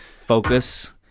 focus